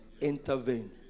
intervene